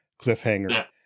cliffhanger